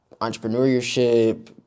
entrepreneurship